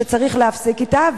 שצריך להפסיק אתה,